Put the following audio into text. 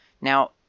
Now